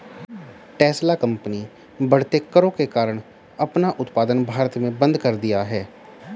Tesla company बढ़ते करों के कारण अपना उत्पादन भारत में बंद कर दिया हैं